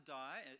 die